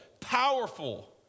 powerful